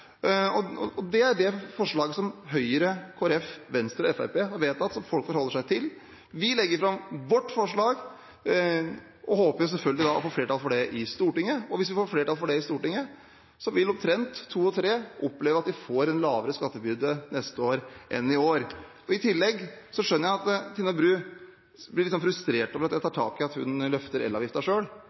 Det er det forslaget Høyre, Kristelig Folkeparti, Venstre og Fremskrittspartiet har vedtatt, og som folk forholder seg til. Vi legger fram vårt forslag og håper selvfølgelig å få flertall for det i Stortinget. Hvis vi får flertall for det i Stortinget, vil omtrent to av tre oppleve at de får en lavere skattebyrde neste år enn i år. I tillegg skjønner jeg at Tina Bru blir litt frustrert over at jeg tar tak i at hun løfter